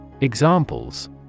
Examples